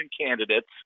candidates